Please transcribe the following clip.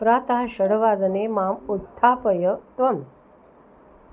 प्रातः षड्वादने माम् उत्थापय त्वम्